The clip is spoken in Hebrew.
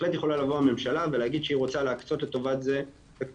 בהחלט יכולה לבוא הממשלה ולהגיד שהיא רוצה להקצות לטובת זה תקציב.